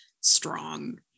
strong